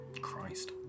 Christ